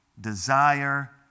desire